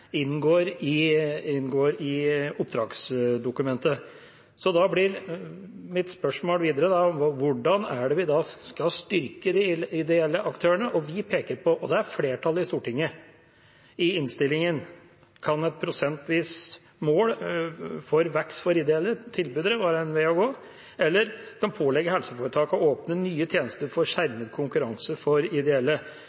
i oppdragsdokumentet. Da blir mitt spørsmål: Hvordan skal vi styrke de ideelle aktørene? Og som flertallet i Stortinget peker på i innstillingen: Kan et prosentvis mål for vekst for ideelle tilbydere være en vei å gå, eller kan en pålegge helseforetakene å åpne nye tjenester for